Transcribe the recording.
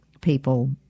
people